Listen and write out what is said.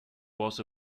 was